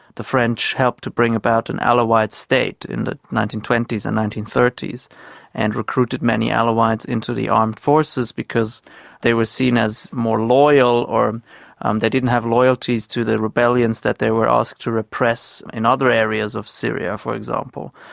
the french helped to bring about an alawite state in the nineteen twenty s and nineteen thirty s and recruited many alawites into the armed forces because they were seen as more loyal. um they didn't have loyalties to the rebellions that they were asked to repress in other areas of syria, for example.